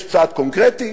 יש צעד קונקרטי